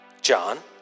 John